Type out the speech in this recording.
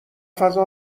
فضا